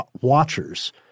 Watchers